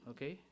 Okay